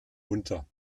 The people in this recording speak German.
unter